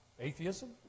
Atheism